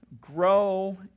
grow